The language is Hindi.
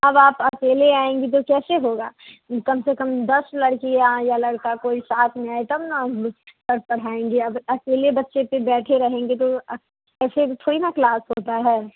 अब आप अकेले आएंगी तो कैसे होगा कम से कम दस लड़कियाँ या लड़का कोई साथ में आए तब न हम पढ़ पढ़ाएंगे अब अकेले बच्चे फिर बैठे रहेंगे तो ऐसे थोड़ी न क्लास होता है